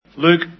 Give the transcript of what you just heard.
Luke